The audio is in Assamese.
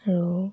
আৰু